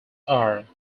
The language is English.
are